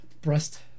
breast